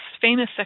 famous